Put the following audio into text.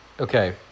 Okay